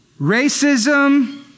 Racism